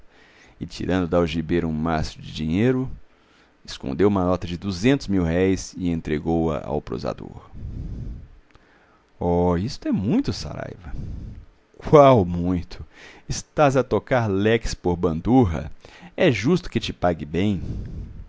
tirando da algibeira um maço de dinheiro escolheu uma nota de duzentos mil-réis e entregou-a ao prosador oh isto é muito saraiva qual muito estás a tocar leques por bandurra é justo que te pague bem